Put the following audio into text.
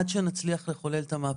עד שנצליח לחולל את המהפכה.